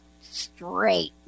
straight